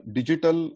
Digital